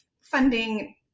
funding